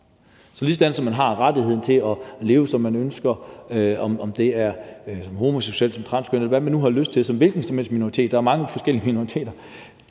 vigtigt, at man har rettigheden til at leve, som man ønsker, om det er som homoseksuel, som transkønnet, hvad man nu har lyst til som hvilken som helst minoritet, for der er mange forskellige minoriteter,